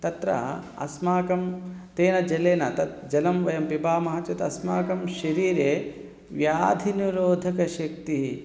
तत्र अस्माकं तेन जलेन तत् जलं वयं पिबामः चेत् अस्माकं शरीरे व्याधिनिरोधकशक्तिः